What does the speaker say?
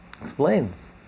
explains